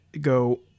go